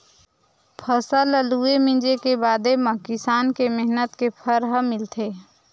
फसल ल लूए, मिंजे के बादे म किसान के मेहनत के फर ह मिलथे